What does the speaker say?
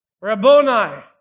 Rabboni